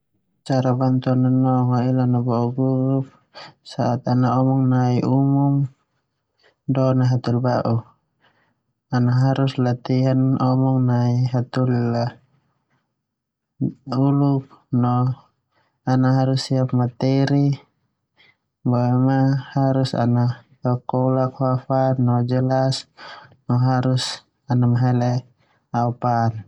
Cara bantu au nanong a ela na bo'o gugup aaat ana omong nai umum. Ana harus latihan omong nainhataholi ba'u uluk no siap materi boema harus ana kokolak fa fa no jelas harus percaya diri.